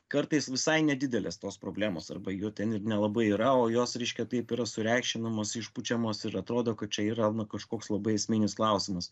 kartais visai nedidelės tos problemos arba jų ten ir nelabai yra o jos reiškia taip yra sureikšminamos išpučiamos ir atrodo kad čia yra kažkoks labai esminis klausimas